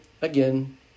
Again